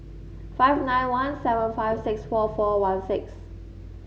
five nine one seven five six four four one six